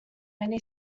many